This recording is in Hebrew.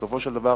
בסופו של דבר,